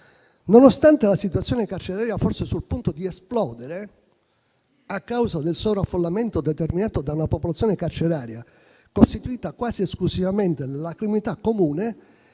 nonostante la situazione carceraria fosse sul punto di esplodere a causa del sovraffollamento determinato da una popolazione carceraria costituita quasi esclusivamente dalla criminalità comune,